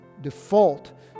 default